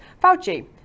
Fauci